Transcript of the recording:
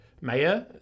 Maya